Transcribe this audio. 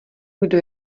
kdo